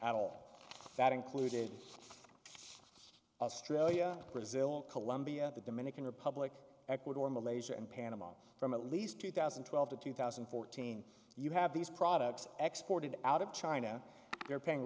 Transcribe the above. of that included australia brazil colombia the dominican republic ecuador malaysia and panama from at least two thousand and twelve to two thousand and fourteen you have these products export it out of china they're paying